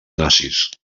nazis